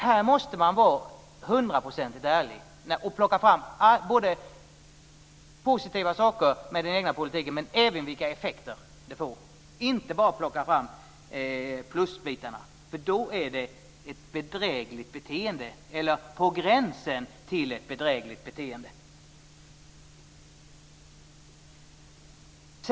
Här måste man vara hundraprocentigt ärlig och plocka fram både positiva saker med den egna politiken och vilka effekter det hela får - alltså inte bara plocka fram plusbitarna, för då är det ett bedrägligt beteende, eller på gränsen till ett bedrägligt beteende.